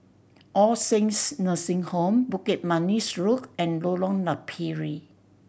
All Saints Nursing Home Bukit Manis Road and Lorong Napiri